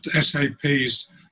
SAP's